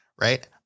right